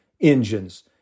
engines